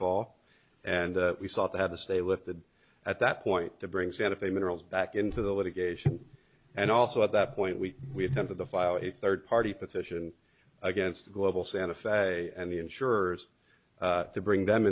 fall and we sought to have a stay lifted at that point to bring santa fe minerals back into the litigation and also at that point we we attempted to file a third party petition against global santa fe and the insurers to bring them